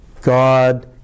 God